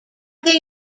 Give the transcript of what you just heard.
they